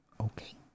Okay